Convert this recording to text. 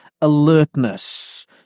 alertness